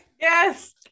yes